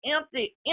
empty